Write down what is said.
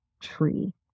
tree